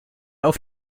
auf